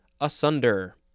asunder